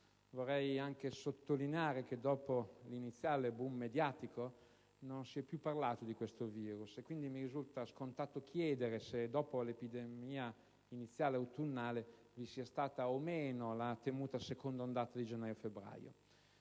Vorrei anche sottolineare che, dopo l'iniziale *boom* mediatico, non si è più parlato di questo virus. Mi risulta quindi scontato chiedere se, dopo l'iniziale epidemia autunnale, vi sia stata o meno la temuta seconda ondata di gennaio e febbraio.